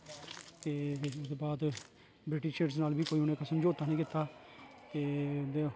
ते ओहदे बाद ब्रिटिशरस नाल बी कोई उनें समझौता नेईं कीता ते